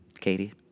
Katie